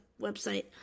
website